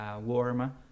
warm